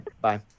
Bye